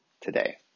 today